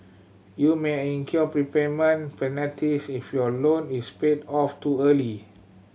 you may incur prepayment penalties if your loan is paid off too early